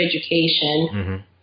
education